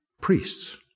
priests